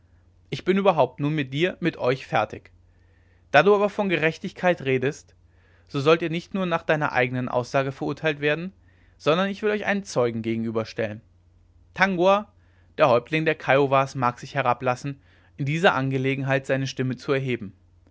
ich bin überhaupt nun mit dir mit euch fertig da du aber von gerechtigkeit redest so sollt ihr nicht nur nach deiner eigenen aussage verurteilt werden sondern ich will euch einen zeugen gegenüberstellen tangua der häuptling der kiowas mag sich herablassen in dieser angelegenheit seine stimme zu erheben